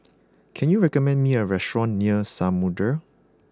can you recommend me a restaurant near Samudera